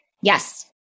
Yes